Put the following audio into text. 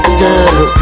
girl